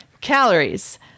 calories